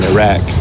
Iraq